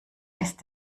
ist